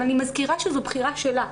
אבל אני מזכירה שזו בחירה שלה.